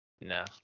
No